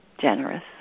Generous